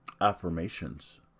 affirmations